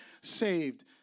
saved